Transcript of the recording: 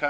sätt.